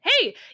Hey